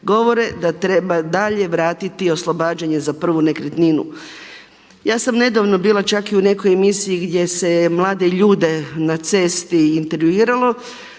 Govore da treba dalje vratiti oslobađanje za prvu nekretninu. Ja sam nedavno bila čak i u nekoj emisiji gdje se je mlade ljude na cesti intervjuiralo,